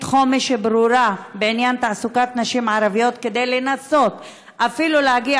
חומש ברורה בעניין תעסוקת נשים ערביות כדי לנסות להגיע